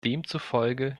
demzufolge